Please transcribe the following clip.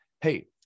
hey